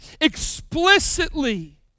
explicitly